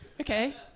Okay